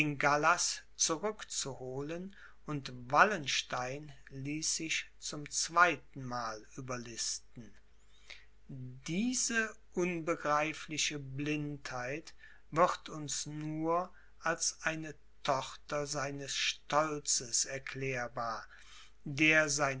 gallas zurückzuholen und wallenstein ließ sich zum zweitenmal überlisten diese unbegreifliche blindheit wird uns nur als eine tochter seines stolzes erklärbar der